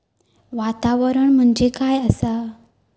वातावरण म्हणजे काय आसा?